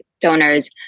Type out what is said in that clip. donors